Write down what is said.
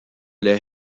les